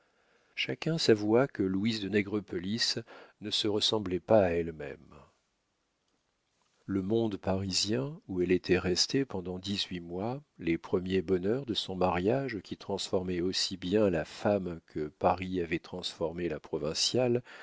chacun s'avoua que louise de nègrepelisse ne se ressemblait pas à elle-même le monde parisien où elle était restée pendant dix-huit mois les premiers bonheurs de son mariage qui transformaient aussi bien la femme que paris avait transformé la provinciale